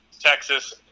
Texas